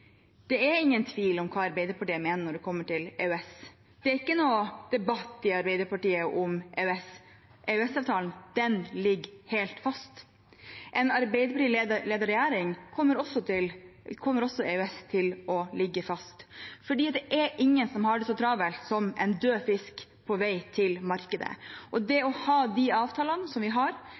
Det er ingen tvil om hva Arbeiderpartiet mener når det gjelder EØS. Det er ikke noen debatt i Arbeiderpartiet om EØS, EØS-avtalen ligger helt fast. Med en Arbeiderparti-ledet regjering kommer også EØS til å ligge fast, for det er ingen som har det så travelt som en død fisk på vei til markedet. Det å ha de avtalene som vi har,